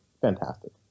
fantastic